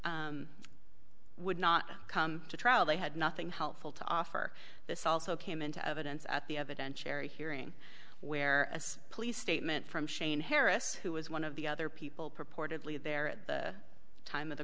witnesses would not come to trial they had nothing helpful to offer this also came into evidence at the evident cherry hearing where as police statement from shane harris who was one of the other people purportedly there at the time of the